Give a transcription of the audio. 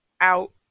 out